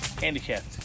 handicapped